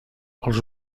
els